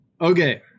Okay